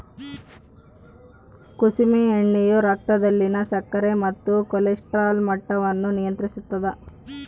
ಕುಸುಮೆ ಎಣ್ಣೆಯು ರಕ್ತದಲ್ಲಿನ ಸಕ್ಕರೆ ಮತ್ತು ಕೊಲೆಸ್ಟ್ರಾಲ್ ಮಟ್ಟವನ್ನು ನಿಯಂತ್ರಿಸುತ್ತದ